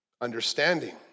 understanding